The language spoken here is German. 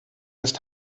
ist